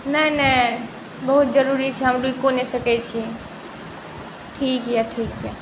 नहि नहि बहुत जरूरी छै हम रुकिओ नहि सकै छी ठीक अइ ठीक अइ